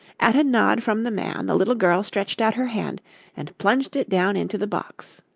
at a nod from the man, the little girl stretched out her hand and plunged it down into the box.